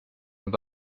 nad